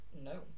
No